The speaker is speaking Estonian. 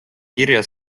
kirja